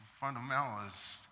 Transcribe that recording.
fundamentalists